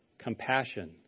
Compassion